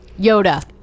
Yoda